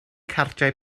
cardiau